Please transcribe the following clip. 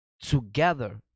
together